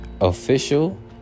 official